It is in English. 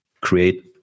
create